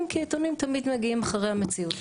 כי העיתונים תמיד מגיעים אחרי המציאות,